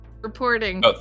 Reporting